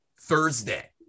thursday